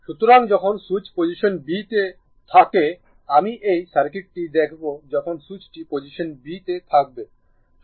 সুতরাং যখন switch position b তে থাকে আমি এই সার্কিটটি দেখব যখন সুইচটি পজিশন b তে থাকবে